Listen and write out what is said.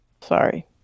Sorry